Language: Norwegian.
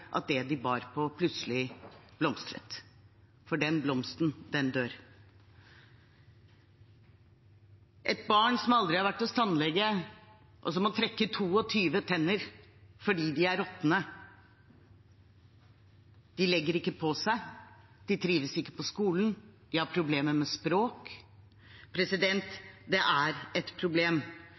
at det de bar på, plutselig blomstrer. For den blomsten dør – et barn som aldri har vært hos tannlege, og som må trekke 22 tenner fordi de er råtne, de legger ikke på seg, de trives ikke på skolen, de har problemer med språk. Det er et problem.